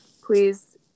please